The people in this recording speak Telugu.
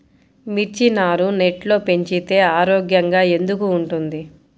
మిర్చి నారు నెట్లో పెంచితే ఆరోగ్యంగా ఎందుకు ఉంటుంది?